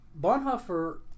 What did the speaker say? Bonhoeffer